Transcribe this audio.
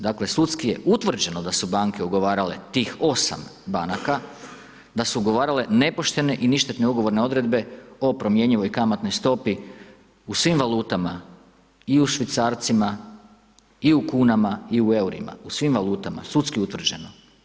Dakle sudski je utvrđeno da su banke ugovarale tih 8 banaka, da su ugovarale nepoštene i ništetne ugovorne odredbe o promjenjivoj kamatnoj stopi u svim valutama i u švicarcima i u kunama i u eurima, u svim valutama, sudski utvrđeno.